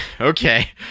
Okay